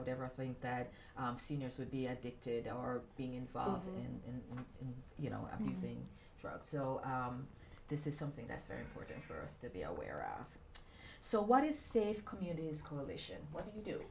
would ever think that seniors would be addicted or being involved in and you know i'm using drugs so this is something that's very important for us to be aware of so what is safe communities coalition what do you